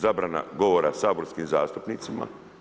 Zabrana govora saborskim zastupnicima.